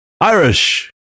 Irish